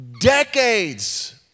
decades